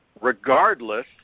regardless